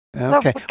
Okay